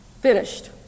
finished